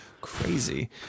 crazy